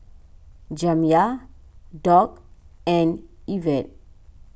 Jamya Doc and Yvette